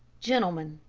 gentlemen,